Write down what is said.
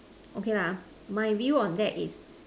okay lah my view on that is